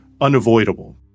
unavoidable